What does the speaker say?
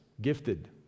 gifted